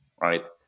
right